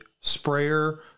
sprayer